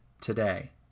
today